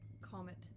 comet